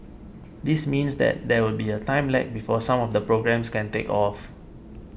this means that there will be a time lag before some of the programmes can take off